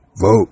vote